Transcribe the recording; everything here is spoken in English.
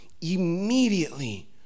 Immediately